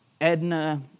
Edna